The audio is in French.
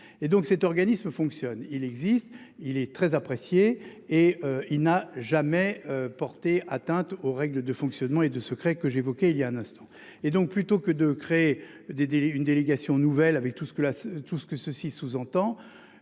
et donc cet organisme fonctionne, il existe, il est très apprécié et il n'a jamais porté atteinte aux règles de fonctionnement et de secret que j'évoquais il y a un instant et donc plutôt que de créer des délais une délégation nouvelle avec tout ce que la tout